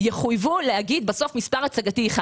יחויבו להגיד מספר הצגתי אחד.